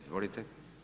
Izvolite.